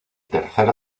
tercer